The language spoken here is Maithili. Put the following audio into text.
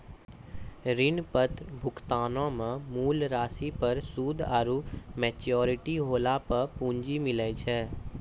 ऋण पत्र भुगतानो मे मूल राशि पर सूद आरु मेच्योरिटी होला पे पूंजी मिलै छै